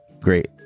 Great